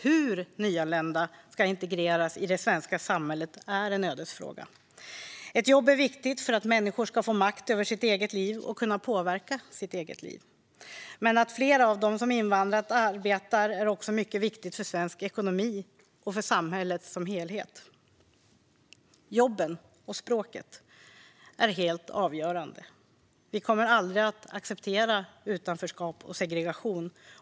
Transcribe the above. Hur nyanlända integreras i det svenska samhället är en ödesfråga. Ett jobb är viktigt för att människor ska få makt över och påverka sitt eget liv. Men att fler av dem som invandrat arbetar är också mycket viktigt för svensk ekonomi och för samhället som helhet. Jobben och språket är helt avgörande. Vi kommer aldrig att acceptera utanförskap och segregation.